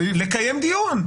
לקיים דיון.